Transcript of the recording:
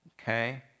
Okay